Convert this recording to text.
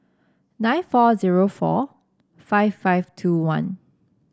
nine four zero four five five two one